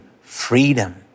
freedom